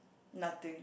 nothing